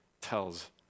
tells